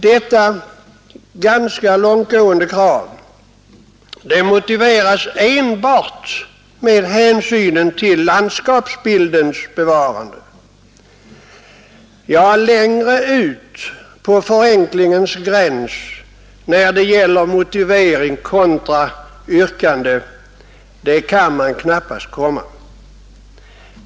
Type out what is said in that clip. Detta ganska långtgående krav motiveras enbart med hänsynen till landskapsbildens bevarande. Längre ut på förenklingens gräns när det gäller motivering kontra yrkande kan man knappast komma.